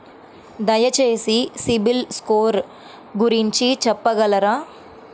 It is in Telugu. దయచేసి సిబిల్ స్కోర్ గురించి చెప్పగలరా?